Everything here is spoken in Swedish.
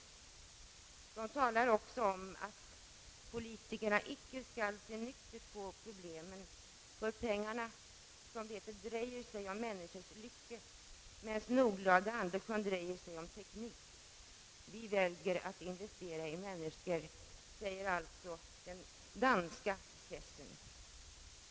Tidningen talar om att politikerna icke skall se nyktert på problemen, ty pengarna »drejer sig om menneskers lykke, mens nogle af de andre kun drejer sig om teknik. Vi veelger at investere i mennesker».